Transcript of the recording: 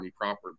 proper